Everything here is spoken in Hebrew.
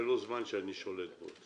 עכשיו זה לא הזמן שאני שולט בו.